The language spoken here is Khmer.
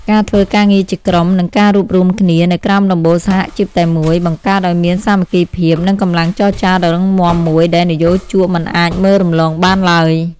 ការធ្វើការងារជាក្រុម និងការរួបរួមគ្នានៅក្រោមដំបូលសហជីពតែមួយ បង្កើតឱ្យមានសាមគ្គីភាព និងកម្លាំងចរចាដ៏រឹងមាំមួយដែលនិយោជកមិនអាចមើលរំលងបានឡើយ។